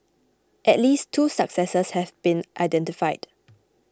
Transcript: at least two successors have been identified